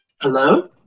hello